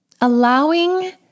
allowing